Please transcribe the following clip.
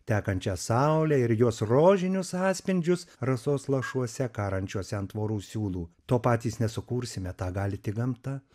tekančią saulę ir jos rožinius atspindžius rasos lašuose karančiuose an tvorų siūlų to patys nesukursime tą gali tik gamta